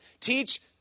Teach